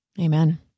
Amen